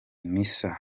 misa